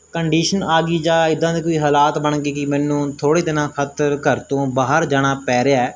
condition ਆ ਗਈ ਜਾਂ ਇੱਦਾਂ ਦੇ ਕੋਈ ਹਾਲਾਤ ਬਣ ਗਏ ਕਿ ਮੈਨੂੰ ਥੋੜ੍ਹੇ ਦਿਨਾਂ ਖਾਤਰ ਘਰ ਤੋਂ ਬਾਹਰ ਜਾਣਾ ਪੈ ਰਿਹਾ